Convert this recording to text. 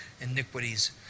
iniquities